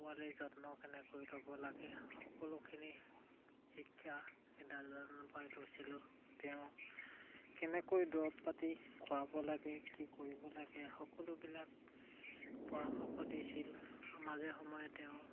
পোৱালিৰ যত্ন কেনেকৈ ল'ব লাগে সকলোখিনি শিক্ষা এই দাদাজনৰ পৰাাই লৈছিলোঁ তেওঁ কেনেকৈ দৰৱ পাতি খোৱাব লাগে কি কৰিব লাগে সকলোবিলাক পৰামৰ্শ দিছিল মাজে সময়ে তেওঁ